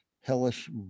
hellish